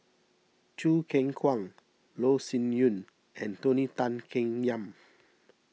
Choo Keng Kwang Loh Sin Yun and Tony Tan Keng Yam